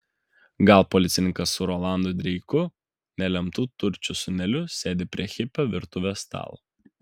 gal policininkas su rolandu dreiku nelemtu turčių sūneliu sėdi prie hipio virtuvės stalo